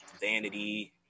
vanity